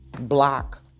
block